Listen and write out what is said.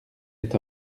est